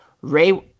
Ray